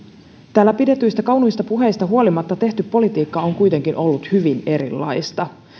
täällä pidetyistä kauniista puheista huolimatta tehty politiikka on kuitenkin ollut hyvin erilaista